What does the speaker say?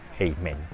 Amen